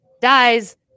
dies